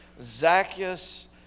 Zacchaeus